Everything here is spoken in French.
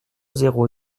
zéro